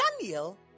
Daniel